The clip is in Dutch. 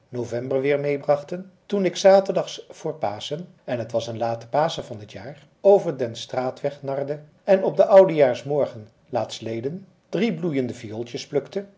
meimaanden novemberweer meebrachten toen ik zaterdags vr paschen en het was een late paschen van t jaar over den straatweg narde en op oudejaarsmorgen laatstleden drie bloeiende viooltjes plukte toen